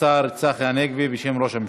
השר צחי הנגבי, בשם ראש הממשלה.